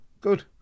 Good